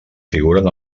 figuren